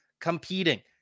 competing